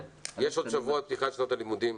יש עוד שבוע עד פתיחת שנת הלימודים.